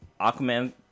Aquaman